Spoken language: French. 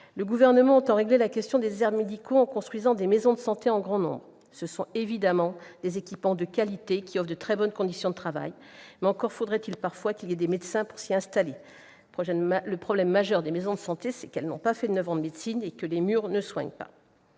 Le Gouvernement entend régler la question des déserts médicaux en construisant des maisons de santé en grand nombre. Ce sont évidemment des équipements de qualité, qui offrent de très bonnes conditions de travail, mais encore faudrait-il qu'il y ait des médecins pour s'y installer ! Le problème majeur des maisons de santé, c'est qu'elles n'ont pas fait neuf ans de médecine et que les murs ne soignent pas